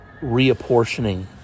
reapportioning